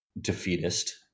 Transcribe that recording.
defeatist